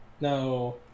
No